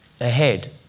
ahead